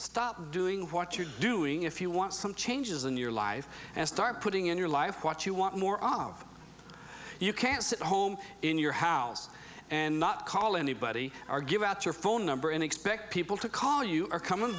stop doing what you're doing if you want some changes in your life and start putting in your life what you want more often you can't sit home in your house and not call anybody or give out your phone number and expect people to call you or come and